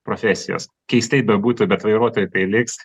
profesijos keistai bebūtų bet vairuotojui tai liks